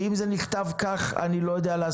שאם זה נכתב כך אני לא יודע לעשות כלום.